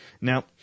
now